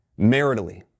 maritally